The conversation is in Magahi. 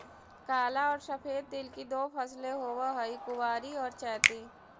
काला और सफेद तिल की दो फसलें होवअ हई कुवारी और चैती